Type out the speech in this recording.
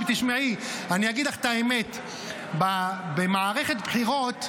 אני אגיד לך את האמת, במערכת בחירות,